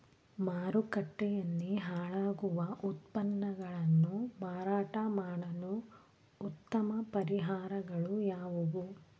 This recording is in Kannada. ಮಾರುಕಟ್ಟೆಯಲ್ಲಿ ಹಾಳಾಗುವ ಉತ್ಪನ್ನಗಳನ್ನು ಮಾರಾಟ ಮಾಡಲು ಉತ್ತಮ ಪರಿಹಾರಗಳು ಯಾವುವು?